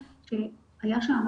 לגבי היישובים שיהיו